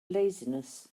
laziness